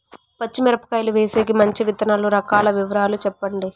పచ్చి మిరపకాయలు వేసేకి మంచి విత్తనాలు రకాల వివరాలు చెప్పండి?